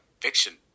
fiction